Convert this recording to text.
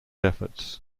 efforts